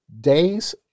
days